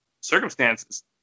circumstances